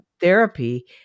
therapy